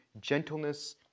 gentleness